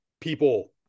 people